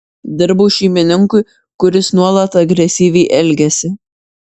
dirbau šeimininkui kuris nuolat agresyviai elgėsi